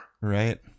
Right